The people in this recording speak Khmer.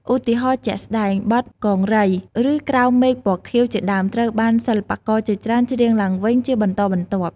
ឧទាហរណ៍ជាក់ស្ដែង បទ កង្រី ឬ ក្រោមមេឃពណ៌ខៀវ ជាដើម ត្រូវបានសិល្បករជាច្រើនច្រៀងឡើងវិញជាបន្តបន្ទាប់ ។